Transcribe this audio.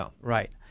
Right